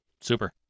Super